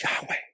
Yahweh